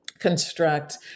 construct